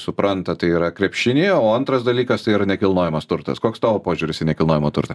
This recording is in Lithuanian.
supranta tai yra krepšinį o antras dalykas tai yra nekilnojamas turtas koks tavo požiūris į nekilnojamą turtą